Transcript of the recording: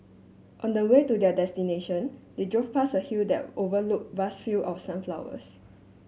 on the way to their destination they drove past a hill that overlook vast field of sunflowers